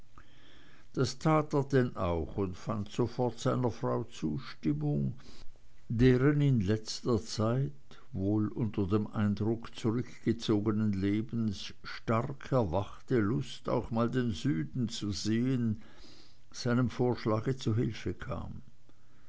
das tat er denn auch und fand sofort seiner frau zustimmung deren in letzter zeit wohl unter dem eindruck zurückgezogenen lebens stark erwachte lust auch mal den süden zu sehen seinem vorschlage zu hilfe kam